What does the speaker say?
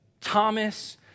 Thomas